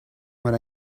what